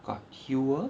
got huer